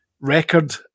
record